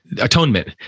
atonement